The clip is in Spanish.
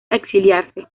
exiliarse